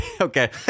okay